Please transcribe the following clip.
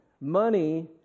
money